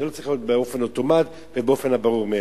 זה לא צריך להיות באופן אוטומטי ובאופן הברור מאליו.